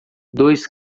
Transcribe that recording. dois